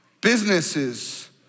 Businesses